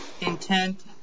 Intent